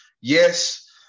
yes